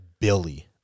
Billy